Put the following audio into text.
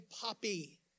poppy